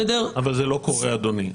אבל זה לא קורה אדוני.